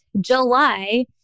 July